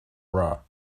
bra